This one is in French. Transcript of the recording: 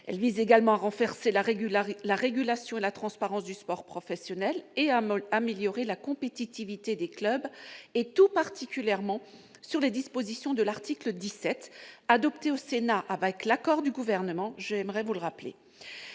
l'éthique du sport, à renforcer la régulation et la transparence du sport professionnel et à améliorer la compétitivité des clubs, et tout particulièrement sur les dispositions de son article 17, adopté au Sénat avec l'accord du Gouvernement, j'aime à le rappeler.